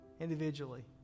individually